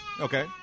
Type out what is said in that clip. Okay